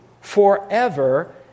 forever